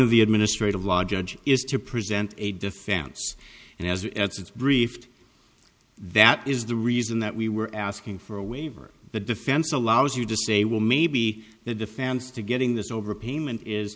of the administrative law judge is to present a defense and has its briefed that is the reason that we were asking for a waiver the defense allows you to say well maybe that the fans to getting this overpayment is